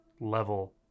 level